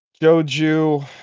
Joju